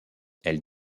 elle